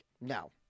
No